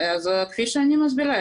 כפי שאני מסבירה,